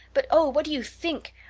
but oh, what do you think?